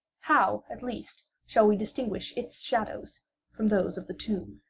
how at least shall we distinguish its shadows from those of the tomb?